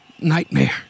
nightmare